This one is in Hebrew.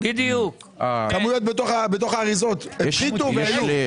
כמויות בתוך האריזות הפחיתו והיו.